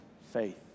faith